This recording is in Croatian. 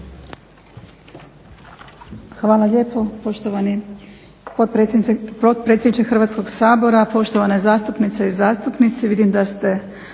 Hvala lijepo poštovani potpredsjedniče Hrvatskog sabora, poštovane zastupnice i zastupnici.